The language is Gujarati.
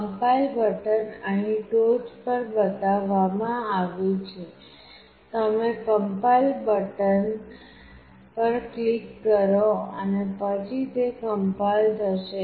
કમ્પાઇલ બટન અહીં ટોચ પર બતાવવામાં આવ્યું છે તમે કમ્પાઇલ બટન પર ક્લિક કરો અને પછી તે કમ્પાઇલ થશે